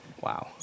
Wow